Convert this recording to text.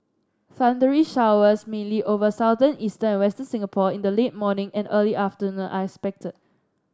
thundery showers mainly over southern eastern and western Singapore in the late morning and early afternoon are expected